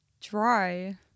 dry